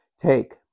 take